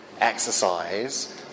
exercise